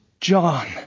John